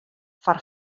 foar